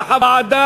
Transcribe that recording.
נתקבלה.